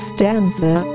Stanza